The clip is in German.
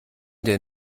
der